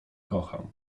kocham